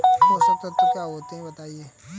पोषक तत्व क्या होते हैं बताएँ?